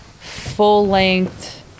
full-length